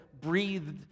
breathed